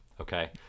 Okay